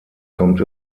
kommt